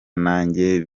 nanjye